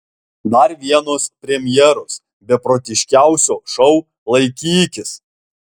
dar vienos premjeros beprotiškiausio šou laikykis